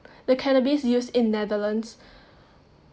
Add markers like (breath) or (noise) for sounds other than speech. the cannabis use in netherlands (breath)